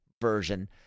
version